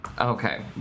Okay